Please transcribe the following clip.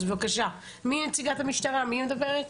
אז בבקשה, מי נציגת המשטרה, מי מדברת?